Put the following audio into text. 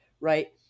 right